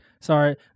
sorry